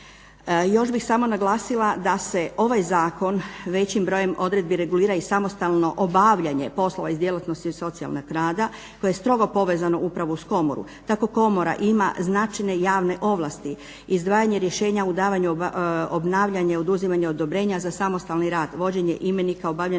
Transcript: Još bih samo naglasila da ovaj zakon većim brojem odredbi regulira i samostalno obavljanje poslova iz djelatnosti socijalnog rada koje je strogo povezano upravo uz komoru. Tako komora ima značajne javne ovlasti, izdvajanje rješenja u davanju obnavljanja i oduzimanja odobrenja za samostalni rad, vođenje imenika obavljenog